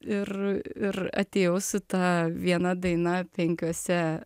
ir ir atėjau su ta viena daina penkiuose